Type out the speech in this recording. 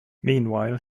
meanwhile